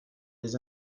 les